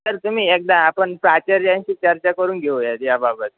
sir तुम्ही एकदा आपण प्राचार्यांशी चर्चा करून घेऊया याबाबत